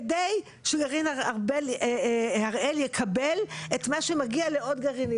כדי שגרעין הראל יקבל את מה שמגיע לעוד גרעינים.